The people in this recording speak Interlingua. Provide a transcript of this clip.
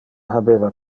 habeva